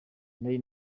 nari